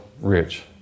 rich